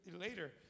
later